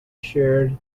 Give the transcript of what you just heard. shared